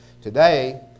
Today